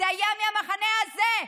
זה היה מהמחנה הזה,